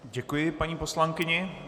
Děkuji paní poslankyni.